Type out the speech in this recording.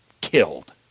killed